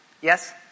Yes